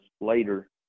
later